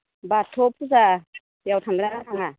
अ बाथौ फुजायाव थांगोनना थाङा